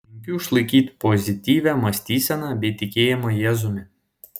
linkiu išlaikyti pozityvią mąstyseną bei tikėjimą jėzumi